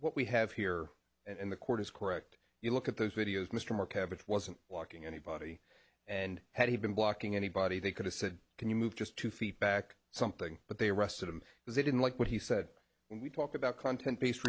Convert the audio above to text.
what we have here in the court is correct if you look at those videos mr mctavish wasn't walking anybody and had he been blocking anybody they could have said can you move just two feet back something but they arrested him because they didn't like what he said we talk about content based